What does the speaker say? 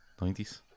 Nineties